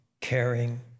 caring